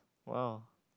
!wow!